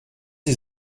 sie